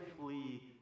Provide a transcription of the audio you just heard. flee